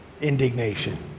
indignation